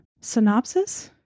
synopsis